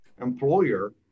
employer